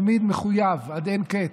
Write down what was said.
תמיד מחויב עד אין קץ,